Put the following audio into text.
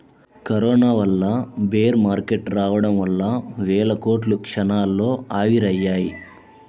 corona వల్ల bear market రావడం వల్ల వేల కోట్లు క్షణాల్లో ఆవిరయ్యాయి